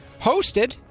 hosted